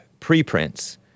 Preprints